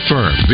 Firm